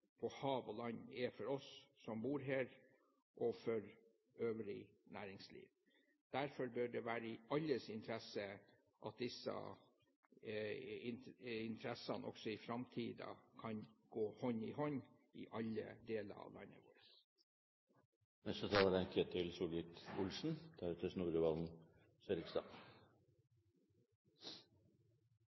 og på land – er for oss som bor her, og for det øvrige næringsliv. Derfor bør det være i alles interesse at disse interessene også i framtida kan gå hånd i hånd i alle deler av landet vårt. En del av intensjonen med forslaget er